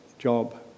Job